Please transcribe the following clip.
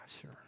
sure